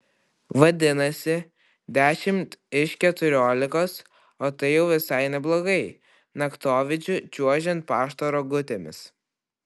vadinasi dešimt iš keturiolikos o tai jau visai neblogai naktovidžiu čiuožiant pašto rogutėmis